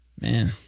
Man